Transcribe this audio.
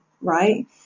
Right